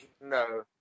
No